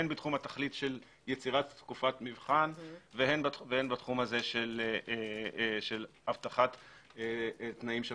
הן בתחום התכלית של יצירת תקופת מבחן והן בתחום של הבטחת תנאים שווים.